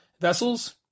vessels